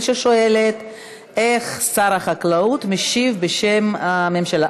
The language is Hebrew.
ששואלת איך שר החקלאות משיב בשם הממשלה.